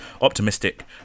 Optimistic